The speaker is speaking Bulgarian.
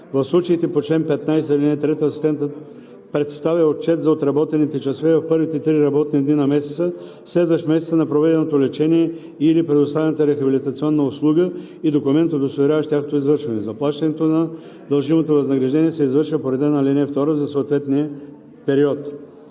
В случаите по чл. 15, ал. 3 асистентът представя отчет за отработените часове в първите три работни дни на месеца, следващ месеца на проведеното лечение и/или предоставената рехабилитационна услуга, и документ, удостоверяващ тяхното извършване. Заплащането на дължимото възнаграждение се извършва по реда на ал. 2 за съответния период.“